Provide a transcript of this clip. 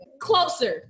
Closer